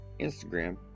instagram